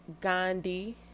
Gandhi